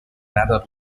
rather